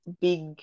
big